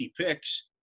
picks